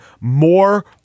more